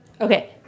Okay